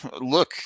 look